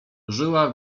żyła